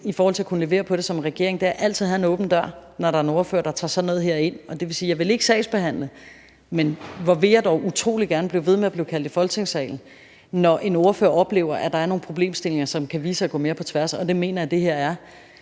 og hvis vi skal kunne levere på det som regering, så er en af de væsentligste ting altid at have døren åben, når der er en ordfører, der tager sådan noget som det her op. Jeg vil ikke sagsbehandle, men hvor vil jeg dog utrolig gerne blive ved med at blive kaldt i Folketingssalen, når en ordfører oplever, at der er nogle problemstillinger, som kan vise sig at gå mere på tværs, og det mener jeg at der er